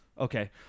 Okay